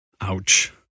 Ouch